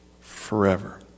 forever